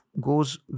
goes